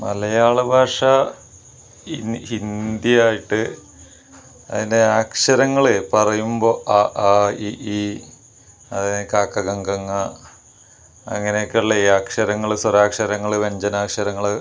മലയാള ഭാഷ ഹിന്ദി ഹിന്ദിയായിട്ട് അതിൻ്റെ അക്ഷരങ്ങള് പറയുമ്പോൾ അ ആ ഇ ഈ അതെ ക ഖ ഗ ഘ ങ അങ്ങനെ ഒക്കെ ഉള്ള അക്ഷരങ്ങള് സ്വരാക്ഷരങ്ങള് വ്യഞ്ജനാക്ഷരങ്ങള്